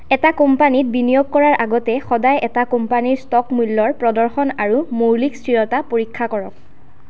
এটা কোম্পানীত বিনিয়োগ কৰাৰ আগতে সদায় এটা কোম্পানীৰ ষ্টক মূল্যৰ প্ৰদৰ্শন আৰু মৌলিক স্থিৰতা পৰীক্ষা কৰক